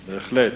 בהחלט.